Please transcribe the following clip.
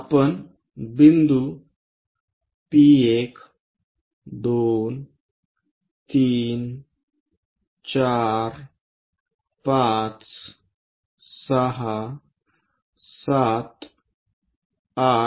आपण बिंदू P1 2 3 4 5 6 7 8